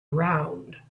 round